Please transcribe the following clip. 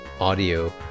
audio